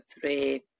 three